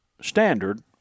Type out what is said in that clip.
standard